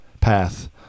path